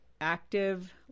active